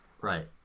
Right